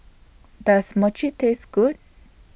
Does Mochi Taste Good